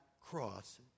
cross